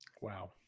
Wow